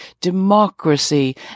democracy